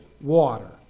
water